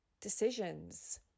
decisions